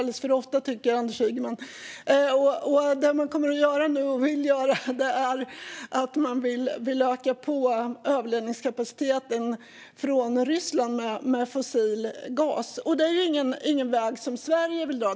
Det man nu vill göra är att öka överledningskapaciteten från Ryssland med fossil gas. Det här är ingen väg som Sverige vill gå.